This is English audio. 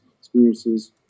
experiences